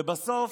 ובסוף,